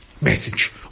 message